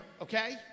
okay